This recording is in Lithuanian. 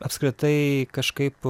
apskritai kažkaip